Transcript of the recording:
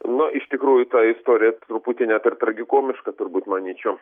nu iš tikrųjų ta istorija truputį net ir tragikomiška turbūt manyčiau